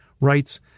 writes